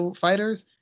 fighters